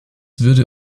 würde